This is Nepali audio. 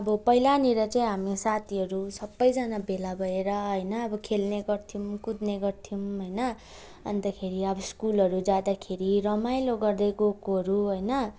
अब पहिलानिर चाहिँ हामी साथीहरू सबैजना भेला भएर होइन खेल्ने अब गर्थ्यौँ कुद्ने गर्थ्यौँ होइन अन्तखेरि अब स्कुलहरू जाँदाखेरि रमाइलो गर्दै गएकोहरू होइन